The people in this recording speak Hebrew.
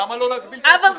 למה לא להגביל את --- בדיוק.